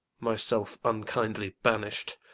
myself unkindly banished,